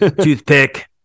Toothpick